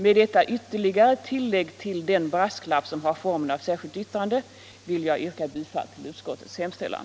Med detta ytterligare tillägg till den brasklapp, som har formen av ett särskilt yttrande, yrkar jag bifall till utskottets hemställan.